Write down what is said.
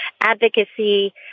advocacy